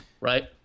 right